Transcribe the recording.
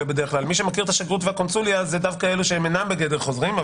בדרך כלל אלא אלה שהם אינם בגדר חוזרים.